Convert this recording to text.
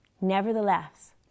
Nevertheless